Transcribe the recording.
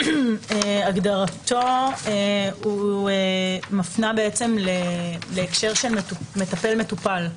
הגדרתו מפנה להקשר של מטפל-מטופל.